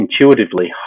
intuitively